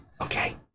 Okay